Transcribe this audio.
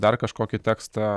dar kažkokį tekstą